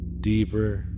Deeper